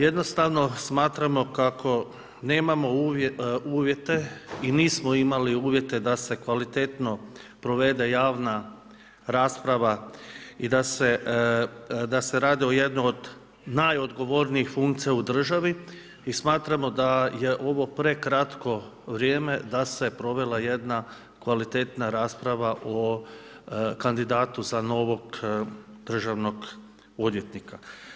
Jednostavno smatramo kako nemamo uvjete i nismo imali uvjete da se kvalitetno provede javna rasprava i da se radi o jednom od najodgovornijih funkcija u državi i smatramo da je ovo prekratko vrijeme da se provela jedna kvalitetna rasprava o kandidatu za novog državnog odvjetnika.